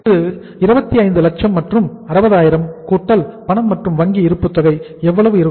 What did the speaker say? இது 25 லட்சம் மற்றும் 60 ஆயிரம் கூட்டல் பணம் மற்றும் வங்கி இருப்புத் தொகை தேவை எவ்வளவு இருக்கும்